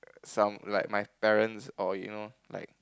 some like my parents or you know like